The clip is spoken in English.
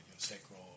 sacral